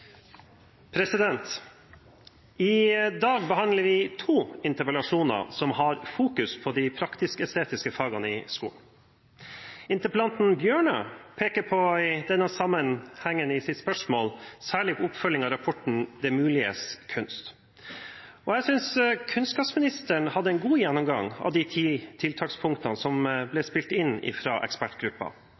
I dag behandler vi to interpellasjoner som har fokus på de praktisk-estetiske fagene i skolen. Interpellanten Tynning Bjørnø peker i denne sammenhengen i sitt spørsmål særlig på oppfølgingen av rapporten Det muliges kunst. Jeg synes kunnskapsministeren hadde en god gjennomgang av de ti tiltakspunktene som ble spilt inn